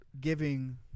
giving